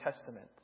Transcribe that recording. Testament